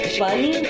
funny